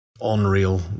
unreal